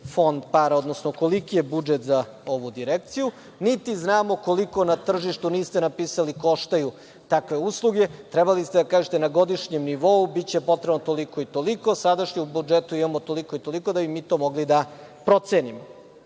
fond para, koliki je budžet za ovu Direkciju, niti znamo koliko na tržištu, niste napisali, koštaju takve usluge. Trebali ste da kažete na godišnjem nivou biće potrebno toliko i toliko, a sada u budžetu imamo toliko i toliko, da bi mi to mogli da procenimo. Sa